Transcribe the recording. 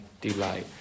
delight